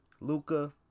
Luca